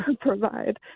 provide